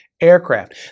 aircraft